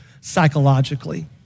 psychologically